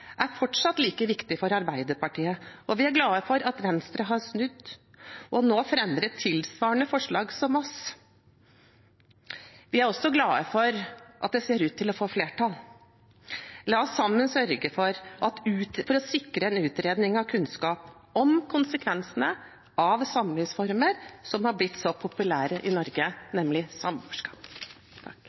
er fortsatt like viktig for Arbeiderpartiet, og vi er glade for at Venstre har snudd og nå fremmer et tilsvarende forslag som oss. Vi er også glade for at det ser ut til å få flertall. La oss sammen sørge for å sikre en utredning av kunnskap om konsekvensene av samlivsformen som er blitt så populær i Norge, nemlig samboerskap.